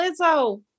Lizzo